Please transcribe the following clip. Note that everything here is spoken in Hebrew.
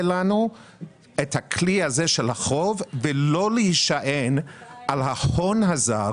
לנו את הכלי הזה של החוב ולא להישען על ההון הזר